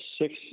Six